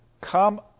Come